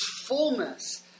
fullness